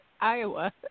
Iowa